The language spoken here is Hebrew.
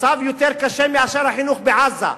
מצב יותר קשה ממצב החינוך בעזה,